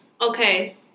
Okay